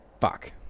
Fuck